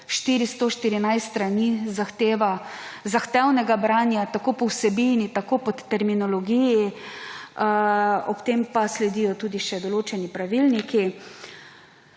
414 strani zahtevnega branja tako po vsebini, tako po terminologiji, ob tem pa sledijo tudi še določeni pravilniki.